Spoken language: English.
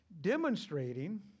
Demonstrating